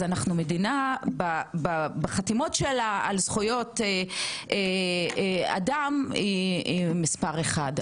אז אנחנו מדינה בחתימות שלה על זכויות אדם היא מספר אחד,